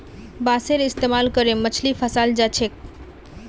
बांसेर इस्तमाल करे मछली फंसाल जा छेक